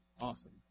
awesome